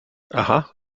aha